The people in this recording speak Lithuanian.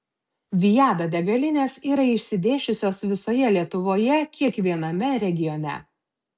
viada degalinės yra išsidėsčiusios visoje lietuvoje kiekviename regione